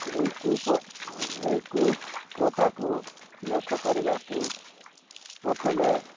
ଏହି କୁ ଏହି କୁ ପ୍ରଥାକୁ ଲୋପ କରିବାକୁ ପ୍ରଥମେ